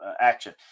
action